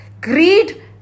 Greed